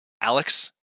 alex